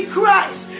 Christ